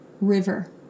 river